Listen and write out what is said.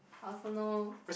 I also know